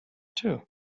too